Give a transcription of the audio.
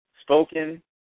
spoken